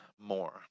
more